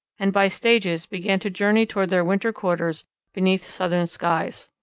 and by stages began to journey toward their winter quarters beneath southern skies.